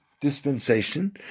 dispensation